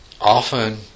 often